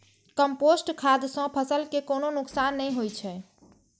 compost खाद सं फसल कें कोनो नुकसान नै होइ छै